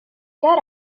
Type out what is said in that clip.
got